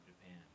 Japan